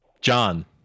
John